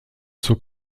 zur